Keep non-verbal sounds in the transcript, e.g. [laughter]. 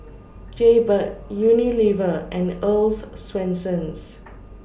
[noise] Jaybird Unilever and Earl's Swensens